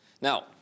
Now